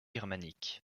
germanique